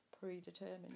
predetermined